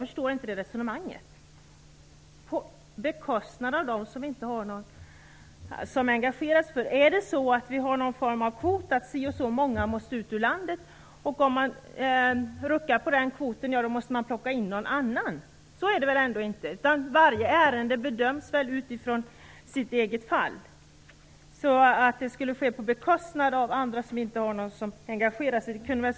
På bekostnad av dem som inte har någon som engagerar sig! Har vi någon form av kvot för hur många som måste ut ur landet? Måste man plocka in någon annan om man ruckar på den kvoten? Så är det väl ändå inte? Varje ärende bedöms för sig. Att detta skulle ske på bekostnad av dem som inte har någon som engagerar sig är fel.